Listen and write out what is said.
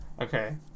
Okay